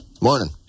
Morning